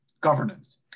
governance